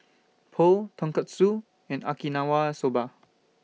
Pho Tonkatsu and Okinawa Soba